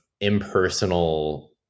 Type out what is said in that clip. impersonal